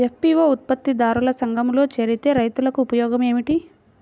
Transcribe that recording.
FPO ఉత్పత్తి దారుల సంఘములో చేరితే రైతులకు ఉపయోగము ఏమిటి?